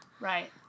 Right